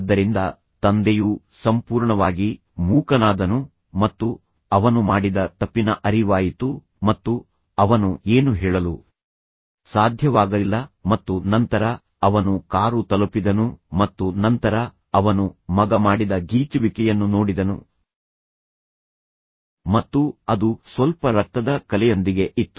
ಆದ್ದರಿಂದ ತಂದೆಯು ಸಂಪೂರ್ಣವಾಗಿ ಮೂಕನಾದನು ಮತ್ತು ಅವನು ಮಾಡಿದ ತಪ್ಪಿನ ಅರಿವಾಯಿತು ಮತ್ತು ಅವನು ಏನು ಹೇಳಲು ಸಾಧ್ಯವಾಗಲಿಲ್ಲ ಮತ್ತು ನಂತರ ಅವನು ಕಾರು ತಲುಪಿದನು ಮತ್ತು ನಂತರ ಅವನು ಮಗ ಮಾಡಿದ ಗೀಚುವಿಕೆಯನ್ನು ನೋಡಿದನು ಮತ್ತು ಅದು ಸ್ವಲ್ಪ ರಕ್ತದ ಕಲೆಯೊಂದಿಗೆ ಇತ್ತು